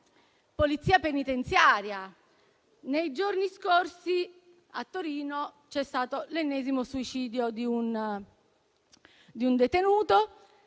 Polizia penitenziaria? Nei giorni scorsi, a Torino c'è stato l'ennesimo suicidio di un detenuto,